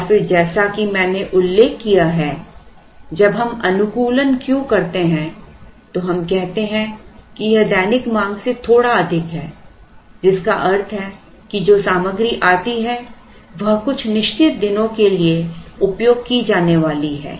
और फिर जैसा कि मैंने उल्लेख किया है जब हम अनुकूलन Q करते हैं तो हम कहते हैं कि यह दैनिक मांग से थोड़ा अधिक है जिसका अर्थ है कि जो सामग्री आती है वह कुछ निश्चित दिनों के लिए उपयोग की जाने वाली है